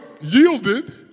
yielded